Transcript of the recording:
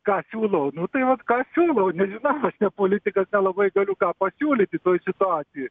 ką siūlau nu tai vat ką siūlau nežinau aš ne politikas nelabai galiu ką pasiūlyti toj situacijoj